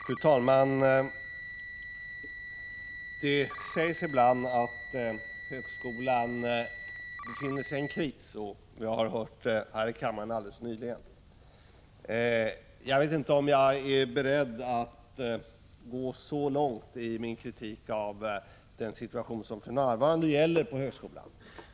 Fru talman! Det sägs ibland att högskolan befinner sig i en kris, och vi har hört det här i kammaren alldeles nyligen. Jag vet inte om jag är beredd att gå så långt i min kritik av den situation som för närvarande gäller på högskolan.